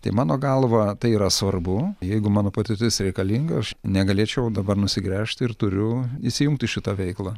tai mano galva tai yra svarbu jeigu mano patirtis reikalinga aš negalėčiau dabar nusigręžt ir turiu įsijungt į šitą veiklą